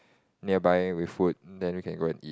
nearby with food then we can go and eat